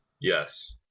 yes